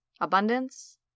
abundance